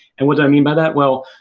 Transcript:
and, what do i mean by that? well,